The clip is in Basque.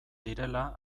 direla